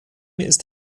ist